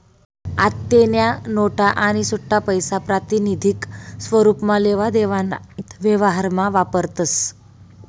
आत्तेन्या नोटा आणि सुट्टापैसा प्रातिनिधिक स्वरुपमा लेवा देवाना व्यवहारमा वापरतस